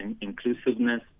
inclusiveness